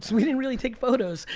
we didn't really take photos.